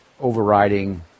overriding